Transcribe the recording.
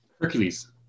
Hercules